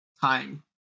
time